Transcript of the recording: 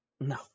No